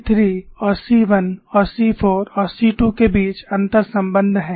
C3 और C1 और C4 और C2 के बीच अंतर्संबंध है